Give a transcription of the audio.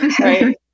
right